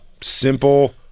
simple